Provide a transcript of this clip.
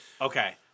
okay